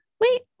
wait